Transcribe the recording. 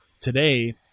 today